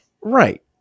right